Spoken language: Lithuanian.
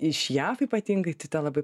iš jav ypatingai tai tą labai